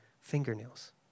fingernails